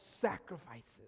sacrifices